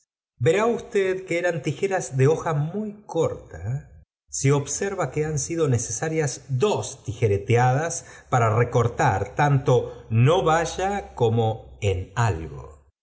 verá usted que eran tijeras de hoja muy corta si fr observa que han sido necesarias dos tijeretadas p ara ec rá ar tanto no vaya como en algo